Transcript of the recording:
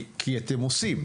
כי אתם עושים,